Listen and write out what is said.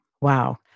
Wow